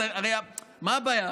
הרי מה הבעיה?